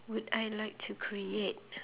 would I like to create